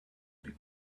big